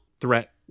threat